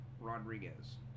Rodriguez